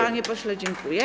Panie pośle, dziękuję.